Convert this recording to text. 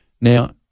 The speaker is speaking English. Now